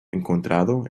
encontrado